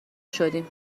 شدیم